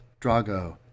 Drago